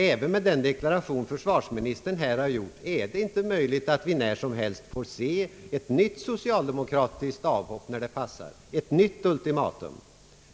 Även med den deklaration som försvarsministern här har gjort kan vi när som helst få se ett nytt socialdemokratiskt avhopp, när det passar — ett nytt ultimatum.